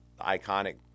iconic